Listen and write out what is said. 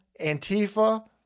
Antifa